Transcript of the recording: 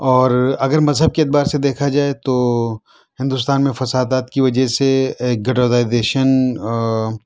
اور اگر مذہب کے اعتبار سے دیکھا جائے تو ہندوستان میں فسادات کی وجہ سے گھیٹوائزیشن